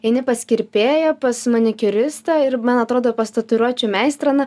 eini pas kirpėją pas manikiūristą ir man atrodo pas tatuiruočių meistrą na